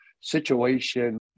situation